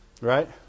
Right